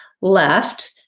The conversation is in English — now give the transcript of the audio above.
left